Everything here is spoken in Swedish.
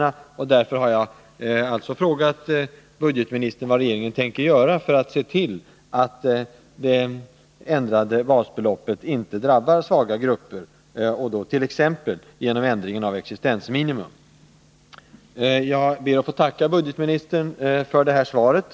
Det är därför jag har frågat budgetministern vad regeringen ämnar göra för att se till att en ändring av basbeloppet inte drabbar svaga grupper genom t.ex. förändring av gränserna för existensminimum vid beskattning. Jag ber att få tacka budgetministern för svaret.